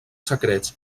secrets